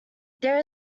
there